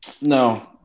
no